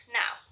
now